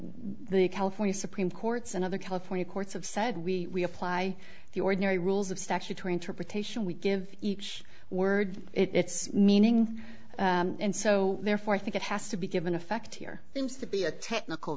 the california supreme courts and other california courts have said we apply the ordinary rules of statutory interpretation we give each word its meaning and so therefore i think it has to be given effect here seems to be a technical